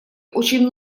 очень